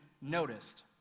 noticed